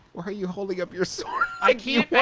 are you holding up your sword like you